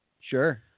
Sure